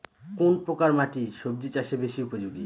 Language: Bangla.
কোন প্রকার মাটি সবজি চাষে বেশি উপযোগী?